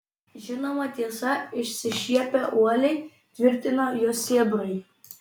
žinoma tiesa išsišiepę uoliai tvirtino jo sėbrai